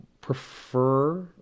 prefer